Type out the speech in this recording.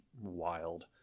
wild